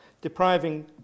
depriving